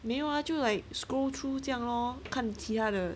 没有啊就 like scroll through 这样 lor 看其他的